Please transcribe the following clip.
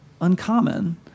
uncommon